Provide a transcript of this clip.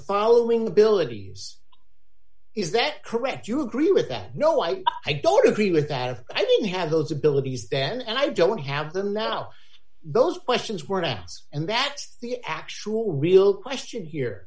following the abilities is that correct you agree with that no i i don't agree with that if i didn't have those abilities then and i don't have them now all those questions were asked and that the actual real question here